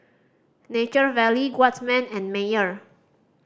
Nature Valley Guardsman and Mayer